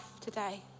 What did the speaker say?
today